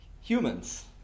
Humans